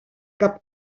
cap